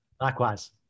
Likewise